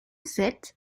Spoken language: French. sept